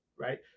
right